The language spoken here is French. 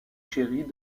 chéris